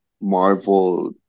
Marvel